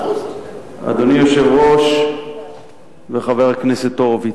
אדוני היושב-ראש וחבר הכנסת הורוביץ,